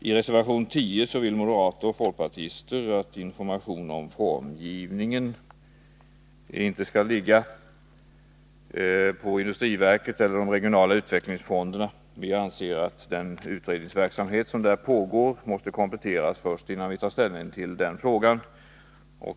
I reservation 10 vill moderater och folkpartister att information om formgivning inte skall ligga på industriverket eller de regionala utvecklingsfonderna. Vi anser att den utredningsverksamhet som där pågår måste kompletteras innan vi tar ställning till frågan.